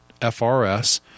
FRS